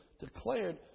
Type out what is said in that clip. declared